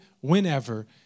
whenever